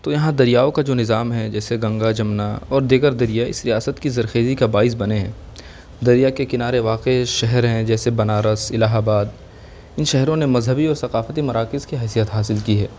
تو یہاں دریاؤں کا جو نظام ہے جیسے گنگا جمنا اور دیگر دریا اس ریاست کی زرخیری کا باعث بنے ہیں دریا کے کنارے واقع شہر ہیں جیسے بنارس الہ آباد ان شہروں نے مذہبی اور ثقافتی مراکز کی حیثیت حاصل کی ہے